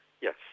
Yes